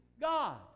God